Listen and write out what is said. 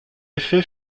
effet